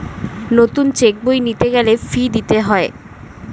নতুন চেক বই নিতে গেলে ফি দিতে হয়